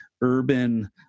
urban